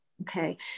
Okay